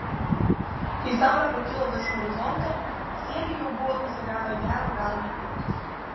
kai saulė pakilo virš horizonto sieliai jau buvo nusigavę gerą galą į pietus